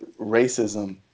racism